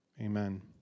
amen